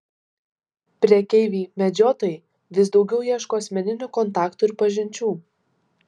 prekeiviai medžiotojai vis daugiau ieško asmeninių kontaktų ir pažinčių